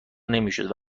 نمیشدو